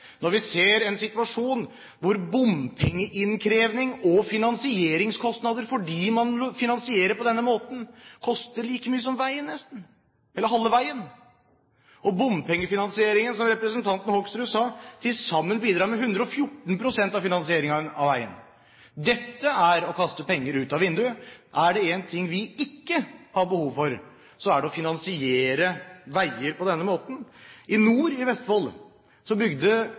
når vi ser en situasjon hvor bompengeinnkrevning og finansieringskostnader fordi man finansierer på denne måten, utgjør like mye som det halve veien koster, og bompengefinansieringen – som representanten Hoksrud sa – til sammen bidrar med 114 pst. av finansieringen av veien. Dette er å kaste penger ut av vinduet. Er det én ting vi ikke har behov for, så er det å finansiere veier på denne måten. Nord i Vestfold